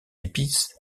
épices